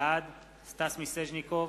בעד סטס מיסז'ניקוב,